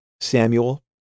Samuel